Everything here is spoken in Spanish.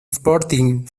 sporting